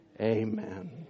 Amen